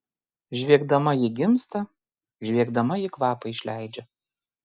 žviegdama ji gimsta žviegdama ji kvapą išleidžia